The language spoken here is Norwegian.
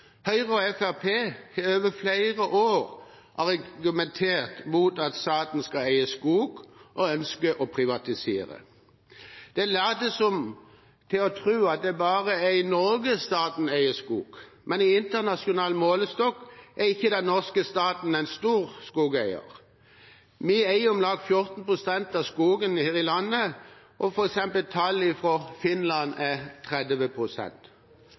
Høyre og Fremskrittspartiet har over flere år argumentert mot at staten skal eie skog, og ønsker å privatisere. De later også til å tro at det bare er i Norge staten eier skog. Men i internasjonal målestokk er ikke den norske staten en stor skogeier. Vi eier om lag 14 pst. av skogen her i landet. Tallet i f.eks. Finland er